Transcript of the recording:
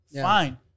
fine